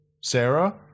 Sarah